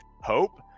hope